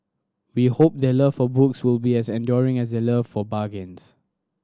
we hope their love for books will be as enduring as their love for bargains